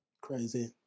Crazy